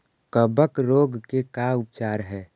कबक रोग के का उपचार है?